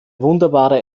wunderbare